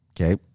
Okay